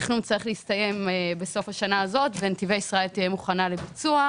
התכנון צריך להסתיים בסוף השנה הזאת ונתיבי ישראל תהיה מוכנה לביצוע.